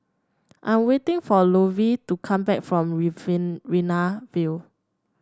I'm waiting for Lovie to come back from View